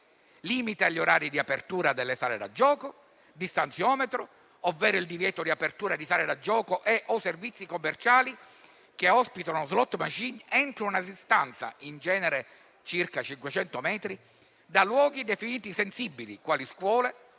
limiti agli orari di apertura delle sale da gioco, distanziometro ovvero il divieto di apertura di sale da gioco e/o servizi commerciali che ospitano *slot machine* entro una distanza, in genere circa 500 metri, da luoghi definiti sensibili, quali scuole,